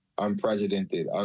unprecedented